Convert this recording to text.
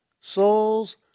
Souls